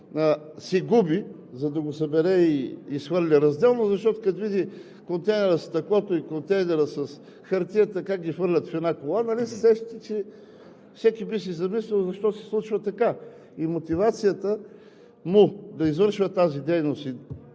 гражданина, за да го събере и изхвърли разделно, се губи, защото, като види контейнера със стъклото и контейнера с хартията как ги хвърлят в една кола, нали се сещате, че всеки би се замислил защо се случва така?! Мотивацията му да извършва тази дейност